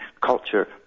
culture